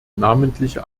namentliche